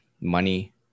money